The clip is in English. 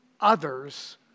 others